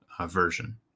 version